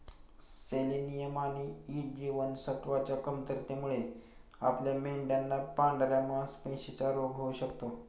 selenium आणि E जीवनसत्वच्या कमतरतेमुळे आपल्या मेंढयांना पांढऱ्या मासपेशींचा रोग होऊ शकतो